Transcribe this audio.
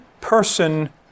person